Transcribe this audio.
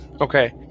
okay